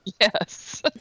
Yes